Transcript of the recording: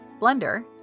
blender